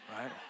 right